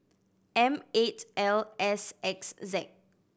M eight L S X Z